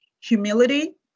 humility